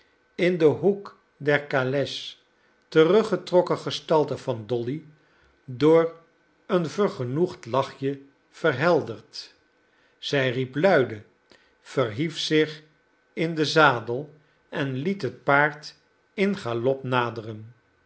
in den hoek der kales teruggedoken gestalte van dolly door een vergenoegd lachje verhelderd zij riep luide verhief zich in den zadel en liet het paard in galop naderen